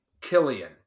Killian